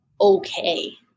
okay